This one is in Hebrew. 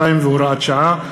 42) (הוראת שעה),